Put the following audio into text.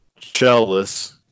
shellless